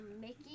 Mickey